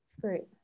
Great